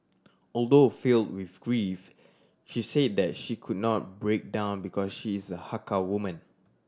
although filled with grief she said that she could not break down because she is a Hakka woman